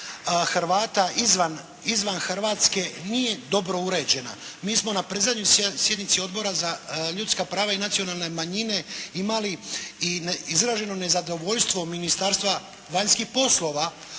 Hrvata izvan Hrvatske nije dobro uređena. Mi smo na predzadnjoj sjednici Odbora za ljudska prava i nacionalne manjine imali i izraženo nezadovoljstvo Ministarstva vanjskih poslova